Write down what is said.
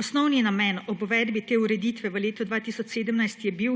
Osnovni namen ob uvedbi te ureditve v letu 2017 je bil,